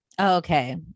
Okay